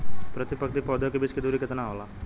प्रति पंक्ति पौधे के बीच की दूरी केतना होला?